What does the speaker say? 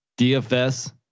DFS